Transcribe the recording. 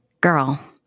Girl